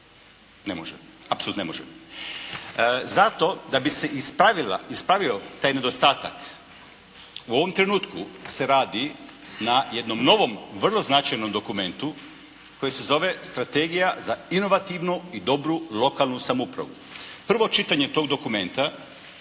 Ne može. Apsolutno ne može. Zato, da bi se ispravio taj nedostatak u ovom trenutku se radi na jednom novom vrlo značajnom dokumentu koji se zove Strategija za inovativnu i dobru lokalnu samoupravu. Prvo čitanje tog dokumenta